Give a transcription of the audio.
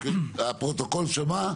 הפרוטוקול שמע?